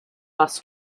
bus